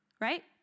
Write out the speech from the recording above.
right